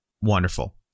Wonderful